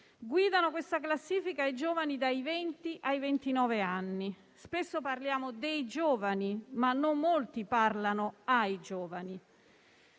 guidano questa classifica i giovani dai venti ai ventinove anni. Spesso parliamo dei giovani, ma non molti parlano ai giovani.